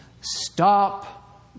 stop